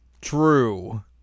True